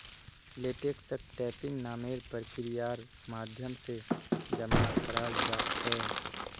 लेटेक्सक टैपिंग नामेर प्रक्रियार माध्यम से जमा कराल जा छे